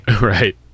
Right